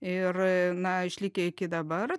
ir na išlikę iki dabar